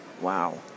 wow